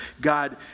God